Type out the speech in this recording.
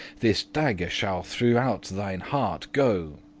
this dagger shall throughout thine hearte go.